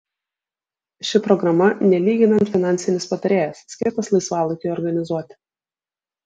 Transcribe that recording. ši programa nelyginant finansinis patarėjas skirtas laisvalaikiui organizuoti